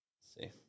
See